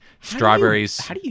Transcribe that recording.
strawberries